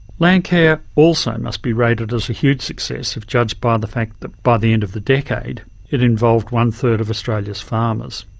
landcare also must be rated as a huge success if judged by the fact that by the end of the decade it involved one third of australia's farmers.